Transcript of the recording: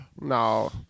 no